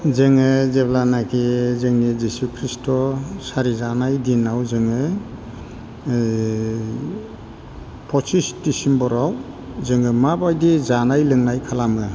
जोङो जेब्लानाखि जोंनि जीशु खृष्ट सारि जानाय दिनाव जोङो पचिच डिसेम्बराव जोङो माबायदि जानाय लोंनाय खालामो